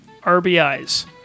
RBIs